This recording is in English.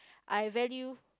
I value